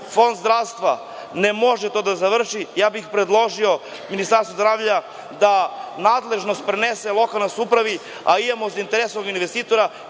Fond zdravstva ne može to da završi, ja bih predložio Ministarstvu zdravlja da nadležnost prenese lokalnoj samoupravi, a imamo zainteresovanog investitora